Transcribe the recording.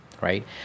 right